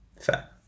Fair